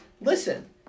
Listen